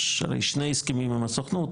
יש הרי שני הסכמים עם הסוכנות,